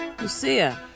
lucia